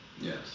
Yes